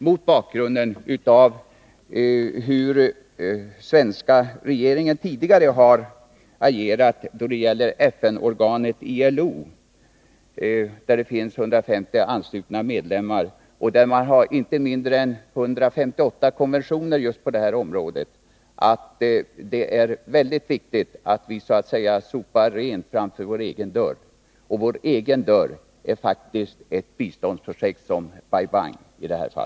Mot bakgrund av hur svenska regeringen tidigare har agerat då det gäller FN-organet ILO, som har 150 medlemmar och där man har inte mindre än 158 konventioner just på det här området, tycker jag att det är väldigt viktigt att vi så att säga sopar rent framför vår egen dörr. Och det gäller faktiskt också ett biståndsprojekt som Bai Bang.